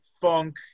funk